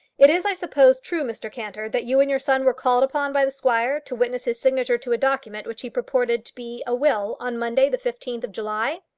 it is, i suppose, true, mr cantor, that you and your son were called upon by the squire to witness his signature to a document which he purported to be a will on monday the fifteenth of july?